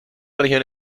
región